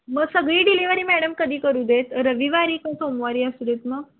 मग सगळी delivery madam कधी करू देत रविवारी का सोमवारी असू देत मग